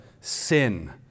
sin